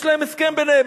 יש להם הסכם ביניהם.